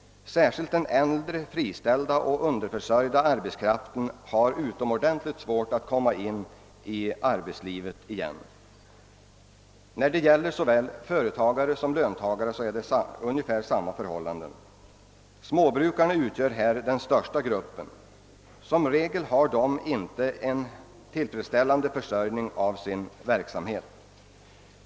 Särskilt den äldre friställda och underförsörjda arbetskraften har utomordentligt svårt att komma in i arbetslivet igen. Det är ungefär samma förhållanden beträffande löntagare som företagare. Småbrukarna utgör här den största gruppen. Som regel har de inte en tillfredsställande försörjning av sin verksamhet.